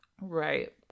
Right